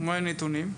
מהם הנתונים?